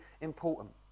important